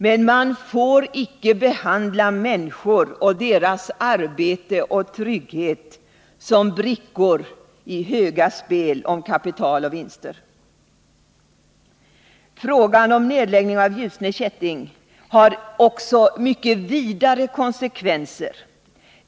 Men man får icke behandla människor och deras arbete och trygghet som brickor i höga spel om kapital och vinster. Frågan om nedläggning av Ljusne Kätting har också mycket vidare konsekvenser.